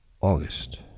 August